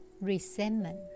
resentment